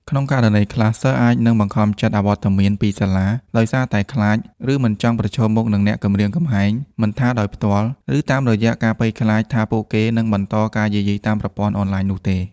ក្នុងករណីខ្លះ សិស្សអាចនឹង បង្ខំចិត្តអវត្តមានពីសាលា ដោយសារតែខ្លាច ឬមិនចង់ប្រឈមមុខនឹងអ្នកគំរាមកំហែង មិនថាដោយផ្ទាល់ ឬតាមរយៈការភ័យខ្លាចថាពួកគេនឹងបន្តការយាយីតាមប្រព័ន្ធអនឡាញនោះទេ។